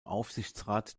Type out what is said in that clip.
aufsichtsrat